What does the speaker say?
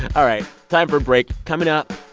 all right. time for a break. coming up,